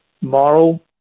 moral